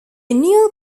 annual